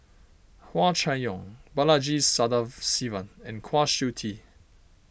Hua Chai Yong Balaji Sadasivan and Kwa Siew Tee